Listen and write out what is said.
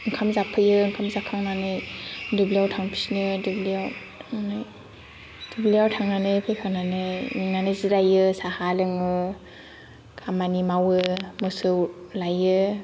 ओंखाम जाफैयो ओंखाम जाखांनानै दुब्लियाव थांफिनो दुब्लियाव थांनानै दुब्लियाव थांनानै फैखांनानै मेंनानै जिरायो साहा लोङो खामानि मावो मोसौ लायो